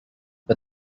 but